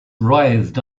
writhed